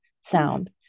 sound